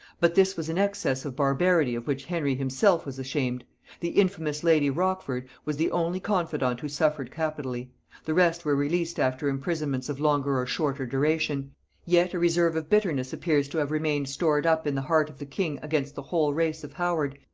but this was an excess of barbarity of which henry himself was ashamed the infamous lady rochford was the only confident who suffered capitally the rest were released after imprisonments of longer or shorter duration yet a reserve of bitterness appears to have remained stored up in the heart of the king against the whole race of howard,